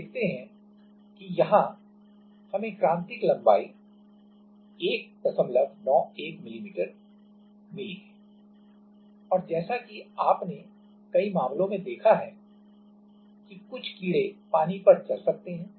तो आप देखते हैं कि यहां हमें क्रांतिक लंबाई 191 मिमी मिली है और जैसा कि आपने कई मामलों में देखा है कि कुछ कीड़े पानी पर चल सकते हैं